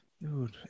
Dude